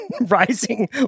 rising